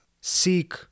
seek